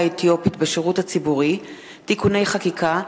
האתיופית בשירות הציבורי (תיקוני חקיקה),